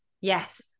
Yes